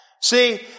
See